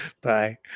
Bye